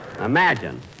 Imagine